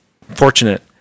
fortunate